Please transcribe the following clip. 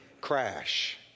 crash